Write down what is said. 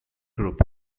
group